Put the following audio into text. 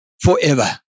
forever